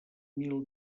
mil